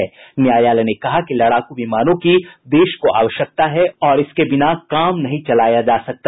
शीर्ष न्यायालय ने कहा कि लड़ाकू विमानों की देश को आवश्यकता है और इनके बिना काम नहीं चलाया जा सकता